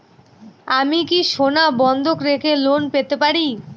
আমি কি সোনা বন্ধক রেখে লোন পেতে পারি?